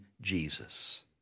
Jesus